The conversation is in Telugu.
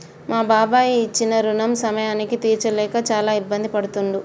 మా బాబాయి ఇచ్చిన రుణం సమయానికి తీర్చలేక చాలా ఇబ్బంది పడుతుండు